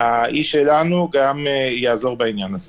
אנשים שלנו יעזרו בעניין הזה.